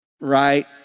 Right